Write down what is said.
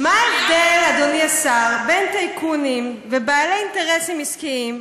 אדוני השר, בין טייקונים ובעלי אינטרסים עסקיים,